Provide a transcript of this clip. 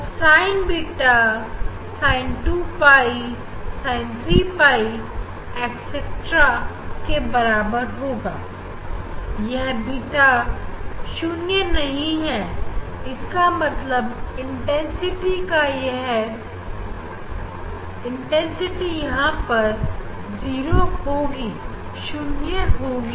तब sin beta Sin 2pi Sin3pi etc के बराबर होगा यहां बीटा 0 नहीं है इसका मतलब इंटेंसिटी का यह factor 0 होगा